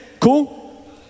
Cool